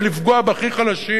ולפגוע בהכי חלשים,